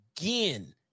again